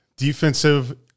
Defensive